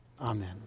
Amen